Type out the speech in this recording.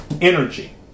energy